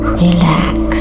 relax